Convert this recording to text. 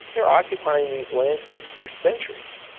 they were occupying these landscapes for centuries,